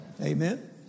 Amen